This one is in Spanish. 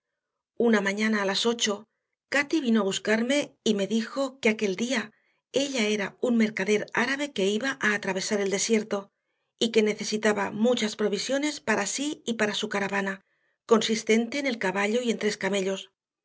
una mañana a las ocho cati vino a buscarme y me dijo que aquel día ella era un mercader árabe que iba a atravesar el desierto y que necesitaba muchas provisiones para sí y para su caravana consistente en el caballo y en tres camellos